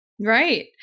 Right